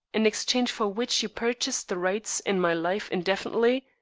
in exchange for which you purchase the rights in my life indefinitely,